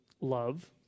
love